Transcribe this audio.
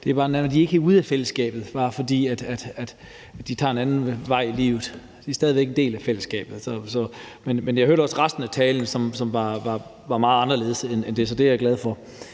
det er bare et andet fællesskab. De er ikke ude af fællesskabet, bare fordi de tager en anden vej i livet. De er stadig væk en del af fællesskabet. Men jeg hørte også resten af talen, som var meget anderledes, så det er jeg glad for.